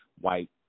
white